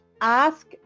ask